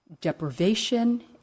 deprivation